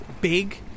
big